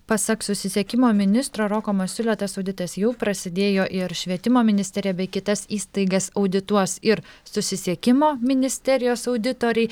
pasak susisiekimo ministro roko masiulio tas auditas jau prasidėjo ir švietimo ministeriją bei kitas įstaigas audituos ir susisiekimo ministerijos auditoriai